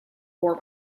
war